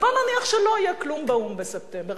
ובואו נניח שלא יהיה כלום באו"ם בספטמבר.